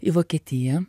į vokietiją